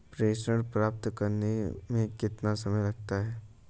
प्रेषण प्राप्त करने में कितना समय लगता है?